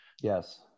Yes